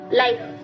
life